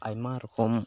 ᱟᱭᱢᱟ ᱨᱚᱠᱚᱢ